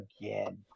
again